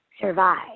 survive